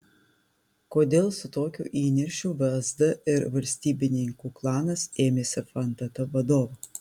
kodėl su tokiu įniršiu vsd ir valstybininkų klanas ėmėsi fntt vadovų